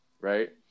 right